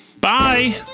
Bye